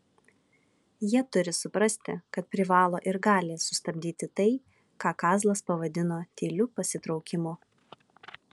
jie turi suprasti kad privalo ir gali sustabdyti tai ką kazlas pavadino tyliu pasitraukimu